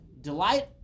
Delight